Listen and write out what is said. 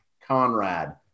Conrad